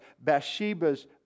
Bathsheba's